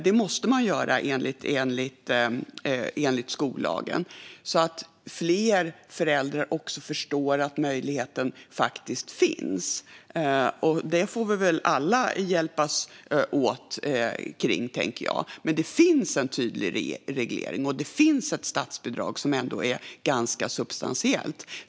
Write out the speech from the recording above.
Det måste de göra enligt skollagen. Fler föräldrar kan då förstå att möjligheten finns. Detta får vi väl alla hjälpas åt med. Men det finns alltså en tydlig reglering, och det finns ett statsbidrag som är ganska substantiellt.